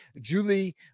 Julie